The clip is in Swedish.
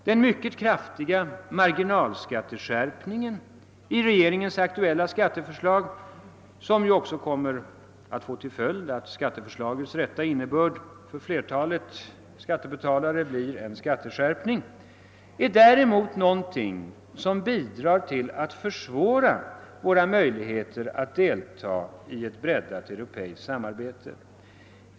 Den mycket kraftiga marginalskatteskärpningen i regeringens aktuella skatteförslag, som ju också kommer att få till följd att skatteförslagets rätta innebörd för flertalet skattebetalare blir en skatteskärpning, är däremot någonting som bidrar till att försvåra våra möjligheter att delta i ett breddat europeiskt samarbete.